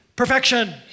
Perfection